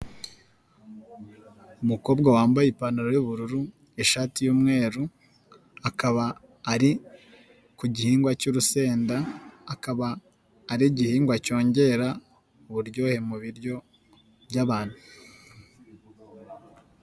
Umukobwa wambaye ipantaro y'ubururu, ishati y'umweru akaba ari ku gihingwa cy'urusenda, akaba ari igihingwa cyongera uburyohe mu biryo by'abantu.